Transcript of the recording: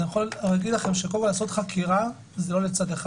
אני יכול להגיד לכם --- חקירה זה לא לצד אחד,